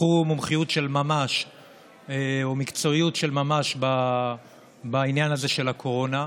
שפיתחו מומחיות של ממש ומקצועיות של ממש בעניין הזה של הקורונה.